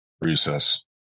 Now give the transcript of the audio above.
Recess